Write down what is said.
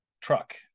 truck